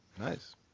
nice